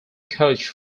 coach